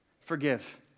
Forgive